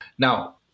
Now